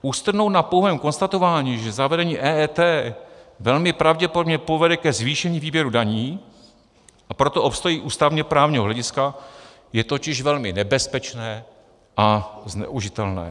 Ustrnout na pouhém konstatování, že zavedení EET velmi pravděpodobně povede ke zvýšení výběru daní, a proto obstojí i z ústavněprávního hlediska, je totiž velmi nebezpečné a zneužitelné.